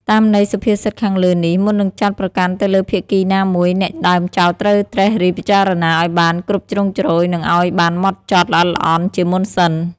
តាមន័យសុភាសិតខាងលើនេះ មុននឹងចោទប្រកាន់ទៅលើភាគីណាមួយ អ្នកដើមចោទត្រូវត្រិះរិះពិចារណាឲ្យបានគ្រប់ជ្រុងជ្រោយ និងឲ្យបានហ្មត់ចត់ល្អិតល្អន់ជាមុនសិន ។